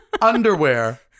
Underwear